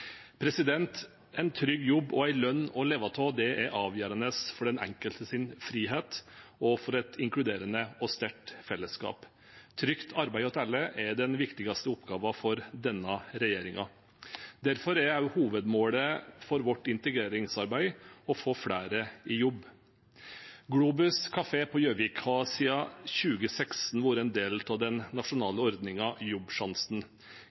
En trygg jobb og en lønn å leve av er avgjørende for den enkeltes frihet og for et inkluderende og sterkt fellesskap. Trygt arbeid til alle er den viktigste oppgaven for denne regjeringen. Derfor er hovedmålet for vårt integreringsarbeid å få flere i jobb. Globus kafé på Gjøvik har siden 2016 vært en del av den nasjonale ordningen Jobbsjansen.